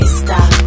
stop